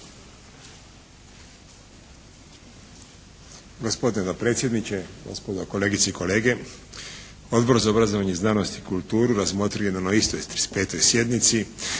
Gospodine dopredsjedniče, gospodo kolegice i kolege. Odbor za obrazovanje, znanost i kulturu razmotrio je na istoj 35. sjednici